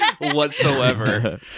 whatsoever